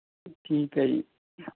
ਠੀਕ ਹੈ ਜੀ